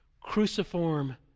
Cruciform